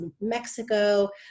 Mexico